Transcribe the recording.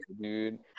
dude